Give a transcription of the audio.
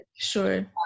Sure